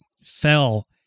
fell